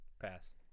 Pass